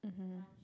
mmhmm